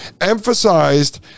emphasized